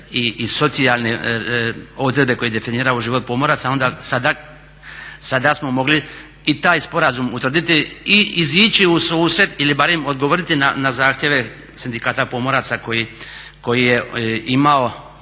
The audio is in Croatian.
i socijalne odredbe koje definiraju život pomoraca onda sada smo mogli i taj sporazum utvrditi i izići u susret ili barem odgovoriti na zahtjeve sindikata pomoraca koji je imao